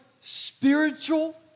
spiritual